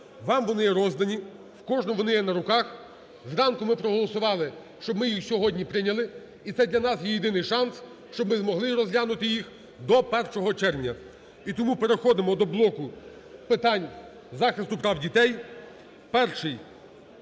Вам вони роздані. В кожного вони є на руках. Зранку ми проголосували, щоб ми їх сьогодні прийняли, і це для нас є єдиний шанс, щоб ми змогли розглянути їх до 1 червня. І тому переходимо до блоку питань захисту прав дітей.